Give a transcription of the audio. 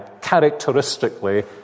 characteristically